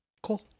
cool